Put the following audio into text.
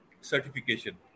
certification